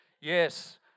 Yes